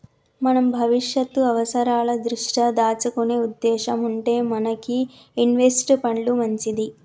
మనం భవిష్యత్తు అవసరాల దృష్ట్యా దాచుకునే ఉద్దేశం ఉంటే మనకి ఇన్వెస్ట్ పండ్లు మంచిది